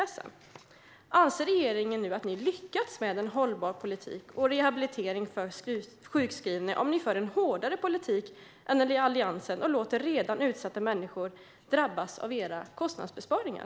Anser ni i regeringen att ni har lyckats med en hållbar politik med rehabilitering för sjukskrivna om ni för en hårdare politik än Alliansens och låter redan utsatta människor drabbas av era kostnadsbesparingar?